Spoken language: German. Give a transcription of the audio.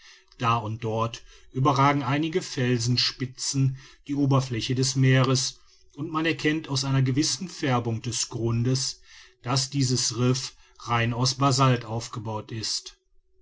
da und dort überragen einige felsenspitzen die oberfläche des meeres und man erkennt aus einer gewissen färbung des grundes daß dieses riff rein aus basalt aufgebaut ist